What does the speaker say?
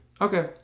Okay